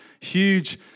huge